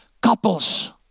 couples